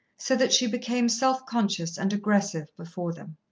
so that she became self-conscious and aggressive before them.